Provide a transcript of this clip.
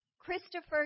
Christopher